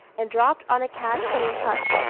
and dropped on a catch being touched,